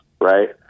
right